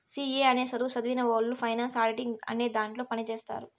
C A అనే సధువు సదివినవొళ్ళు ఫైనాన్స్ ఆడిటింగ్ అనే దాంట్లో పని చేత్తారు